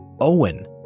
Owen